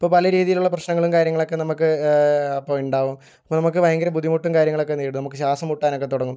ഇപ്പോൾ പല രീതിയിലുള്ള പ്രശ്നങ്ങളും കാര്യങ്ങളൊക്കെ നമ്മൾക്ക് ഇപ്പോൾ ഉണ്ടാവും അപ്പോൾ നമ്മൾക്ക് ഭയങ്കര ബുദ്ധിമുട്ടും കാര്യങ്ങളൊക്കെ നേരിടും നമ്മൾക്ക് ശ്വാസം മുട്ടാനൊക്കെ തുടങ്ങും